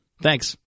Thanks